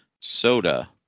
soda